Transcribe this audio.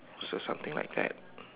so something like that